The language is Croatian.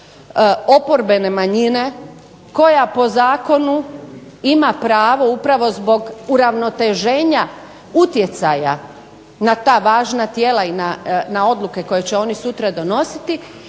oporbene manjine, koja po zakonu ima pravo upravo zbog uravnoteženja utjecaja na ta važna tijela i na odluke koje će oni sutra donositi,